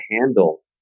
handle